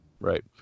Right